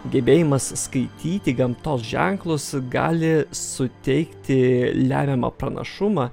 gebėjimas skaityti gamtos ženklus gali suteikti lemiamą pranašumą